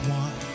one